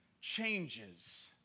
changes